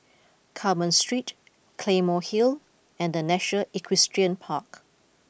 Carmen Street Claymore Hill and the National Equestrian Park